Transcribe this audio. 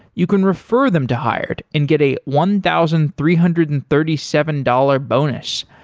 you can refer them to hired and get a one thousand three hundred and thirty seven dollars bonus.